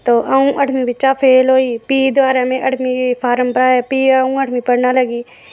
ते अऊं अठमी बिचा फेल होई गेई ते में दबारा में फ्ही अठमी पढ़न लगी